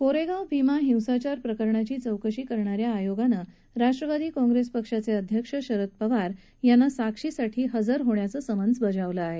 कोरेगाव भीमा हिंसाचार प्रकरणाची चौकशी करणाऱ्या आयोगानं राष्ट्रवादी काँप्रेस पक्षाचे अध्यक्ष शरद पवार यांना आयोगासमोर साक्षीदार म्हणून हजर होण्याचं समन्स बजावलं आहे